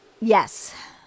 Yes